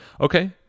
Okay